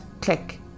click